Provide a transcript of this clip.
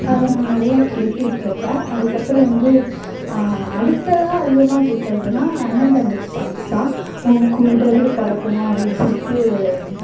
அதை நான் நிறையா கேட்டுட்டு இருப்பேன் அதுக்கப்புறம் வந்து அடுத்ததாக அதிகமாக கேட்குறதுனா அண்ணன் தங்கச்சி சாங்க்ஸ் தான் உன்கூடவே பிறக்கணும் அப்படினு சொல்லிட்டு